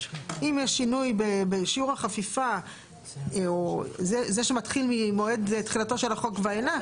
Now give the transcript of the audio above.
אם יש שינוי בשיעור החפיפה או זה שמתחיל ממועד תחילתו של החוק ואילך,